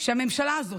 שהממשלה הזאת,